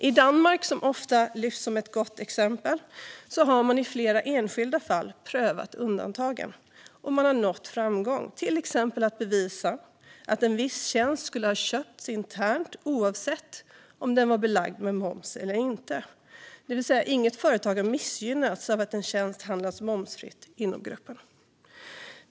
I Danmark, som ofta lyfts som ett gott exempel, har man i flera enskilda fall prövat undantagen och nått framgång, till exempel genom att bevisa att en viss tjänst skulle ha köpts internt oavsett om den var belagd med moms eller inte. Det vill säga inget företag har missgynnats av att en tjänst handlats momsfritt inom gruppen.